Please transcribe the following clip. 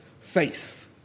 face